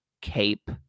cape